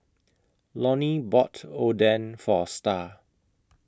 Lonny bought Oden For Starr